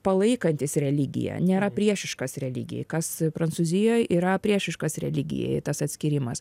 palaikantis religiją nėra priešiškas religijai kas prancūzijoj yra priešiškas religijai tas atskyrimas